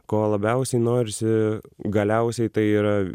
ko labiausiai norisi galiausiai tai yra